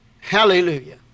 Hallelujah